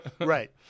Right